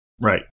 Right